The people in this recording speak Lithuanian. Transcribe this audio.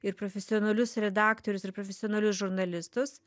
ir profesionalius redaktorius ir profesionalius žurnalistus